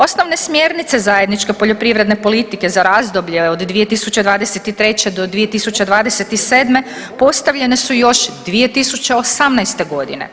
Osnovne smjernice zajedničke poljoprivredne politike za razdoblje od 2023. do 2027. postavljene su još 2018. godine.